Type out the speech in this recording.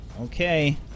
Okay